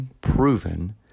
proven